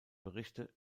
berichte